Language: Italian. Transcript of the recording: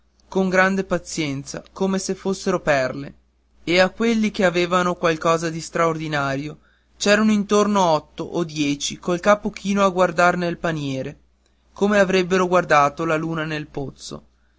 con grande pazienza come se fossero perle e a quelli che avevan qualcosa di straordinario c'erano intorno otto o dieci col capo chino a guardar nel paniere come avrebber guardato la luna nel pozzo